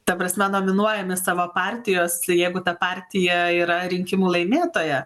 ta prasme nominuojami savo partijos jeigu ta partija yra rinkimų laimėtoja